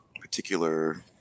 particular